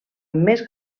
més